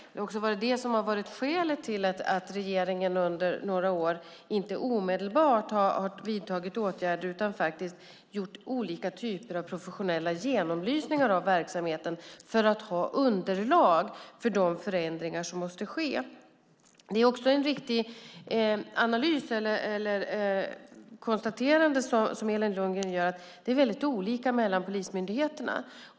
Det är också det som har varit skälet till att regeringen under några år inte omedelbart har vidtagit åtgärder utan faktiskt gjort olika typer av professionella genomlysningar av verksamheten för att ha underlag för de förändringar som måste ske. Elin Lundgren gör ett riktigt konstaterande att det är olika mellan polismyndigheterna.